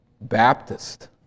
Baptist